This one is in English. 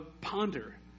ponder